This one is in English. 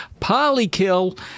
Polykill